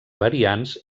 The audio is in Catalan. variants